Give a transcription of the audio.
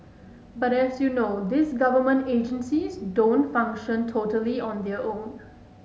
but as you know these government agencies don't function totally on their own